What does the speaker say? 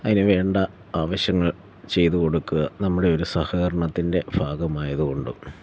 അതിനുവേണ്ട ആവശ്യങ്ങൾ ചെയ്തു കൊടുക്കുക നമ്മുടെ ഒരു സഹകരണത്തിൻ്റെ ഭാഗമായതു കൊണ്ടും